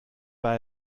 war